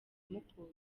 mukura